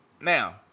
Now